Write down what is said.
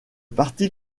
parti